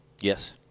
Yes